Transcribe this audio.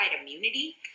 immunity